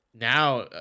now